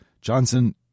Johnson